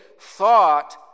thought